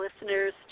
listeners